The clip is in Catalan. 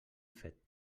fet